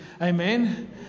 Amen